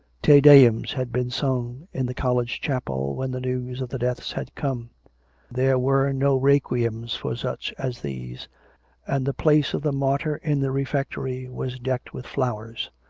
te deums had been sung in the college chapel when the news of the deaths had come there were no requiems for such as these and the place of the martyr in the refectory was decked with flowers.